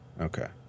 Okay